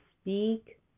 speak